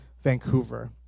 Vancouver